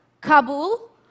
Kabul